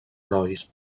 herois